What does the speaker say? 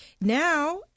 Now